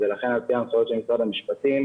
ולכן, על פי ההנחיות של משרד המשפטים,